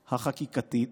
התחיקתית,